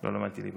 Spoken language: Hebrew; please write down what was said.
לא למדתי ליבה.